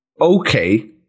okay